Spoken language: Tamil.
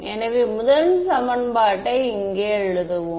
எனவே முதல் சமன்பாட்டை இங்கே எழுதுவோம்